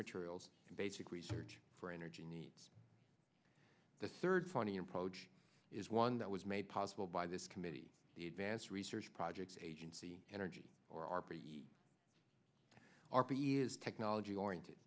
materials and basic research for energy needs the third funny approach is one that was made possible by this committee the advanced research projects agency energy or are pretty the r p is technology oriented